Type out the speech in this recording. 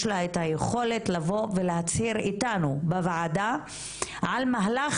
יש לה את היכולת לבוא ולהצהיר איתנו בוועדה על מהלך